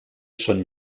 són